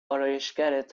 آرایشگرت